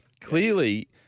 clearly